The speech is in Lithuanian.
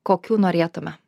kokių norėtume